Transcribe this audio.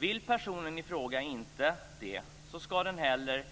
Vill personen i fråga inte det ska denne heller